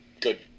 good